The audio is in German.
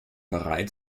bereit